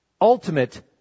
ultimate